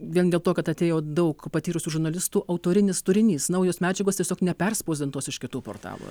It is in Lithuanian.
vien dėl to kad atėjo daug patyrusių žurnalistų autorinis turinys naujos medžiagos tiesiog ne perspausdintos iš kitų portalų